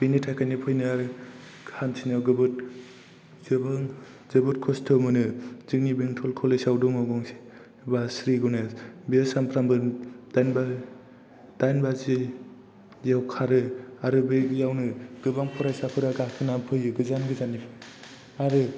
बेनिथाखायनो फैनो हानथिनायाव जोबोद खस्थ' मोनो जोंनि बेंथ'ल कलेज आव दङ गंसे बास स्रि गनेस बेयो सानफ्रोमबो दाइन बाजिआव खारो आरो बेयावनो गोबां फरायसाफोरा गाखोनानै फैयो गोजान गोजाननिफ्राय आरो